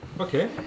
okay